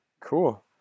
Cool